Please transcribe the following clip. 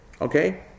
Okay